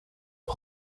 bei